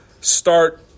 start